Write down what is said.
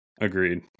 Agreed